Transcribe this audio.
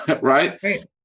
right